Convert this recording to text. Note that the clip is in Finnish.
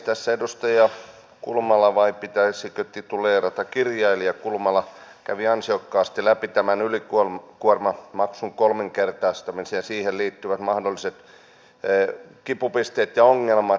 tässä edustaja kulmala vai pitäisikö tituleerata kirjailija kulmala kävi ansiokkaasti läpi tämän ylikuormamaksun kolminkertaistamisen ja siihen liittyvät mahdolliset kipupisteet ja ongelmat